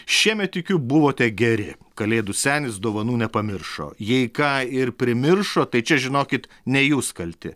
šiemet tikiu buvote geri kalėdų senis dovanų nepamiršo jai ką ir primiršo tai čia žinokit ne jūs kalti